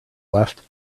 left